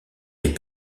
des